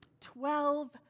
Twelve